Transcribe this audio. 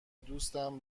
دوستم